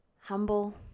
humble